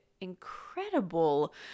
incredible